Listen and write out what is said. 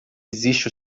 existe